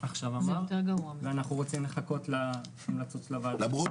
אנחנו רוצים לחכות למסקנות הוועדה.